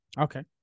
Okay